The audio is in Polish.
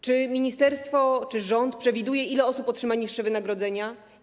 Czy ministerstwo, czy rząd przewiduje, ile osób otrzyma niższe wynagrodzenia?